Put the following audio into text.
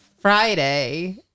Friday